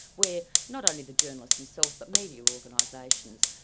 where not only the journalists themselves but media organisations,